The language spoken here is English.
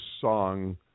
song